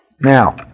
Now